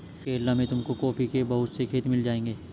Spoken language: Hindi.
केरला में तुमको कॉफी के बहुत से खेत मिल जाएंगे